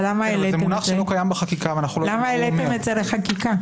אבל למה העליתם את זה לחקיקה?